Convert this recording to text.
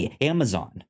Amazon